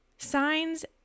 Signs